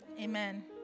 Amen